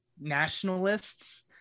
nationalists